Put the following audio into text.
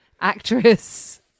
actress